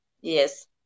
yes